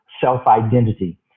self-identity